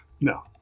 No